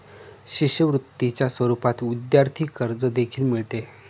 शिष्यवृत्तीच्या स्वरूपात विद्यार्थी कर्ज देखील मिळते